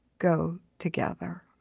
go together.